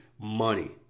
money